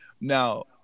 Now